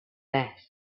less